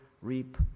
reap